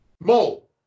Mole